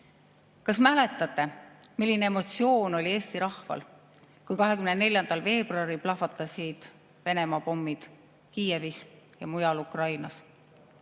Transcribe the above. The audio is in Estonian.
Kas mäletate, milline emotsioon oli Eesti rahval, kui 24. veebruaril plahvatasid Venemaa pommid Kiievis ja mujal Ukrainas?